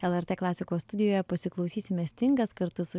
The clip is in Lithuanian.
lrt klasikos studijoje pasiklausysime stingas kartu su